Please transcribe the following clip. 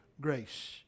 grace